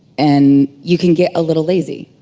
and you can get a little lazy,